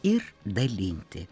ir dalinti